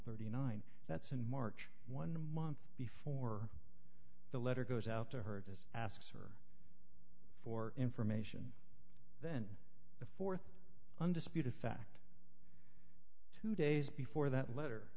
thirty nine that's in march one month before the letter goes out to her as asks her for information then the th undisputed fact two days before that letter